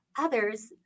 others